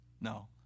No